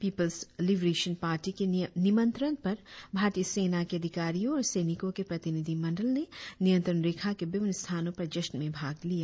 peoples liberation party के निमंत्रण पर भारतीय सेना के अधिकारियों और सैनिको के प्रतिनिधिमंडल ने नियंत्रण रेखा के विभिन्न स्थानों पर जश्न में भाग लिया